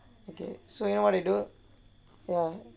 okay so you know what to do ya